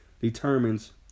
determines